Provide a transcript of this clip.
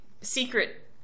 secret